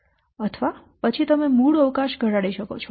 અથવા પછી તમે મૂળ અવકાશ ઘટાડી શકો છો